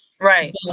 Right